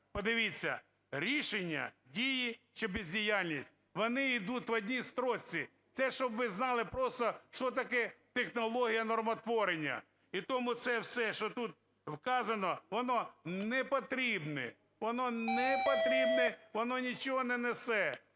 Подивіться: "рішення, дії чи бездіяльність", вони йдуть в одній строчці. Це, щоб ви знали просто, що таке технологія нормотворення. І тому це все, що тут вказано, воно не потрібне. Воно не потрібне, воно нічого не несе,